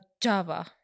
Java